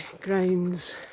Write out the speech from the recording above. grounds